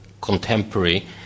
contemporary